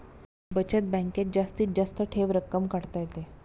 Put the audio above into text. बचत बँकेत जास्तीत जास्त ठेव रक्कम काढता येते